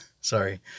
Sorry